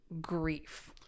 grief